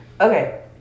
Okay